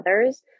others